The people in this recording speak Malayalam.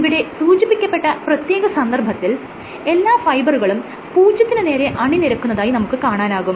ഇവിടെ സൂചിപ്പിക്കപ്പെട്ട പ്രത്യേക സന്ദർഭത്തിൽ എല്ലാ ഫൈബറുകളും പൂജ്യത്തിന് നേരെ അണിനിരക്കുന്നതായി നമുക്ക് കാണാനാകും